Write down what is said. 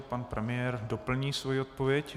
Pan premiér doplní svoji odpověď.